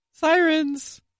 sirens